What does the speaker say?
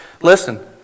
Listen